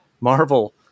Marvel